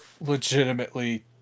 Legitimately